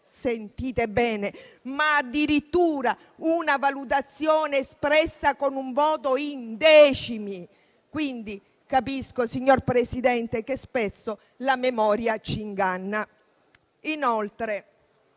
sentite bene - addirittura una valutazione espressa con un voto in decimi. Quindi capisco, signor Presidente, che spesso la memoria ci inganna. Inoltre,